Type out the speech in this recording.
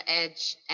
edge